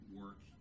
work